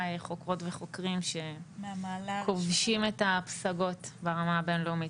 חוקרות וחוקרים שכובשים את הפסגות ברמה הבין-לאומית.